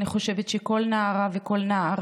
אני חושבת שכל נערה וכל נער,